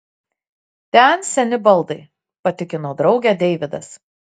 ten seni baldai patikino draugę deividas